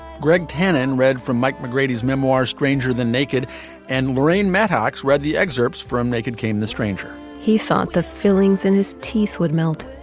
greg tanon read from mike mcgrady's memoir stranger than naked and lorraine mattox read the excerpts from megan came the stranger he thought the fillings in his teeth would melt